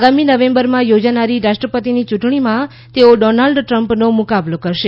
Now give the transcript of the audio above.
આગામી નવેમ્બરમાં યોજાનારી રાષ્ટ્રપતિની ચૂંટણીમાં તેઓ ડોનાલ્ડ ટ્રમ્પનો મુકાબલો કરશે